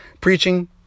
preaching